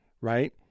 right